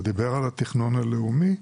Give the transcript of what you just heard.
הוא דיבר על התכנון הלאומי,